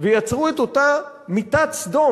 ויצרו את אותה מיטת סדום.